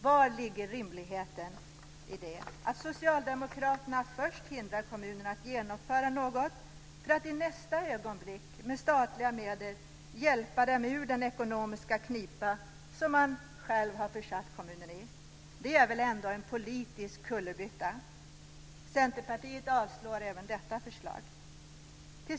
Vari ligger rimligheten att Socialdemokraterna först hindrar kommunerna att genomföra något för att i nästa ögonblick med hjälp av statliga medel hjälpa dem ur den ekonomiska knipa man själv har försatt dem i? Det är väl ändå en politisk kullerbytta? Centerpartiet yrkar avslag på även detta förslag.